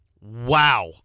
Wow